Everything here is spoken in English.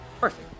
perfect